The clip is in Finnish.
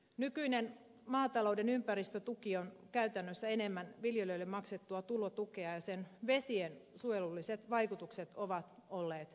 nykyinen maatalouden ympäristötuki on käytännössä enemmän viljelijöille maksettua tulotukea ja sen vesiensuojelulliset vaikutukset ovat olleet heikkoja